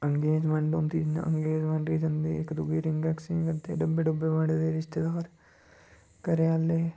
engagement होंदी जियां engagement गी जंदैे इक दुए गी रिंग ऐक्सचेंज करदे डब्बे डूब्बे बंडदे रिश्तेदार घरै आह्ले